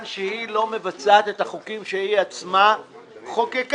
שהיא לא מבצעת את החוקים שהיא עצמה חוקקה.